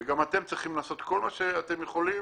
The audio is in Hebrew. אבל אתם צריכים לעשות כל מה שאתם יכולים